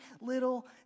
little